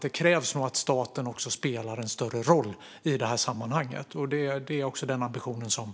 Det krävs att staten spelar en större roll i sammanhanget. Det är också den ambition vi har.